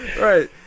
Right